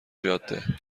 جاده